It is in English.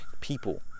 people